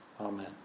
Amen